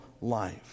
life